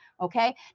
okay